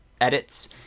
edits